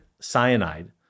cyanide